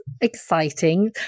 exciting